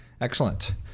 Excellent